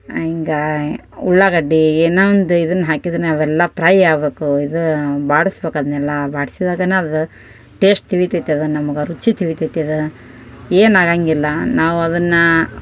ಹೀಗೆ ಉಳ್ಳಾಗಡ್ಡೆ ಏನೋ ಒಂದು ಇದನ್ನು ಹಾಕಿದ್ನಾ ಅವೆಲ್ಲ ಪ್ರೈ ಆಗಬೇಕು ಇದೂ ಬಾಡಿಸ್ಬೇಕ್ ಅದನ್ನೆಲ್ಲ ಬಾಡ್ಸಿದಾಗೇ ಅದು ಟೇಶ್ಟ್ ತಿಳೀತದೆ ಅದು ನಮ್ಗೆ ರುಚಿ ತಿಳೀತದೆ ಅದು ಏನು ಆಗೋಂಗಿಲ್ಲ ನಾವು ಅದನ್ನು